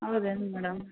ಹೌದೇನು ಮೇಡಮ್